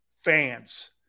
Fans